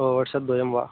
ओ वर्षद्वयं वा